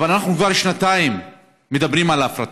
אבל אנחנו כבר שנתיים מדברים על הפרטה,